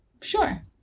sure